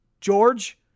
George